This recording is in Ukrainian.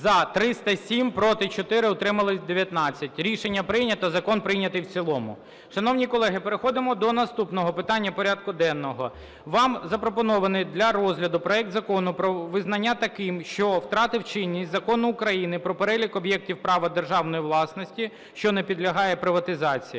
За-307 Проти – 4, утримались – 19. Рішення прийнято. Закон прийнятий в цілому. Шановні колеги, переходимо до наступного питання порядку денного. Вам запропонований для розгляду проект Закону про визнання таким, що втратив чинність, Закону України "Про перелік об'єктів права державної власності, що не підлягають приватизації"